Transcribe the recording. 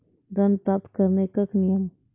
ऋण प्राप्त करने कख नियम?